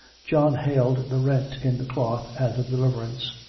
john hailed the rent in the cloth as a deliverance,